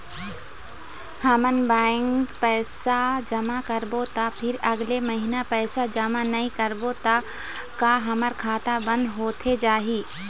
हमन बैंक पैसा जमा करबो ता फिर अगले महीना पैसा जमा नई करबो ता का हमर खाता बंद होथे जाही?